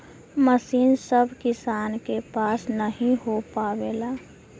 मसीन सभ किसान के पास नही हो पावेला